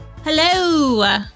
Hello